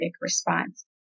response